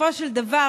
בסופו של דבר